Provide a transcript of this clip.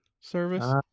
service